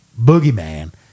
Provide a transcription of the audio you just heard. boogeyman